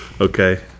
Okay